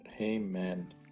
Amen